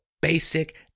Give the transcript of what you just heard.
basic